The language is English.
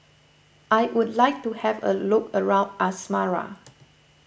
I would like to have a look around Asmara